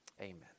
Amen